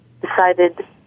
decided